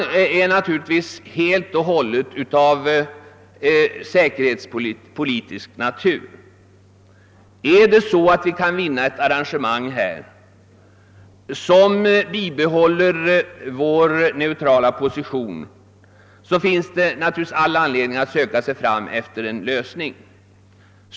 Denna fråga är givetvis helt och hållet av säkerhetspolitisk natur. Om vi kan träffa ett arrangemang, som gör att vi får behålla vår neutrala position, så finns det all anledning för oss att försöka nå fram till en sådan lösning.